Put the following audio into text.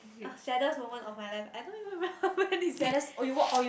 oh saddest moment of my life I don't even remember when is it